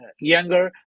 younger